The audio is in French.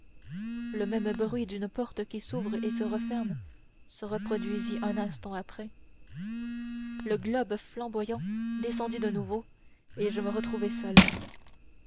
le même bruit d'une porte qui s'ouvre et se referme se reproduisit un instant après le globe flamboyant descendit de nouveau et je me retrouvai seule